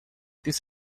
this